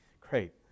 Great